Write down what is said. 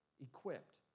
equipped